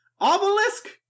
Obelisk